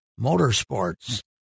Motorsports